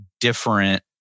different